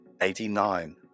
eighty-nine